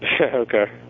Okay